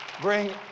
Bring